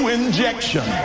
injection